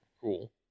Cool